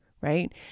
right